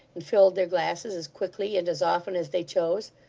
and filled their glasses as quickly and as often as they chose,